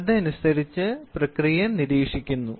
അതനുസരിച്ച് പ്രക്രിയ നിരീക്ഷിക്കുന്നു